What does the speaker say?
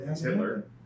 Hitler